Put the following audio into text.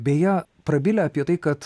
beje prabilę apie tai kad